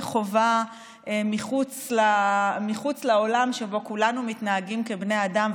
חובה מחוץ לעולם שבו כולנו מתנהגים כבני אדם.